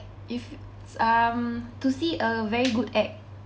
if um to see a very good act